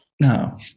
No